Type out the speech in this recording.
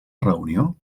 reunió